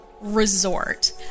resort